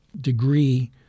degree